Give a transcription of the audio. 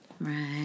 Right